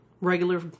Regular